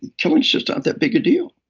killing's just not that big a deal.